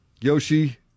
Yoshi